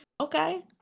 okay